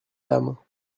dames